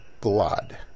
blood